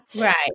right